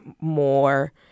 more